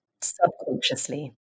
Subconsciously